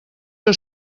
que